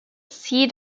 sea